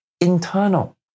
internal